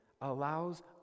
allows